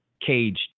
caged